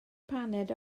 paned